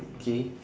okay